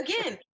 again